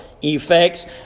effects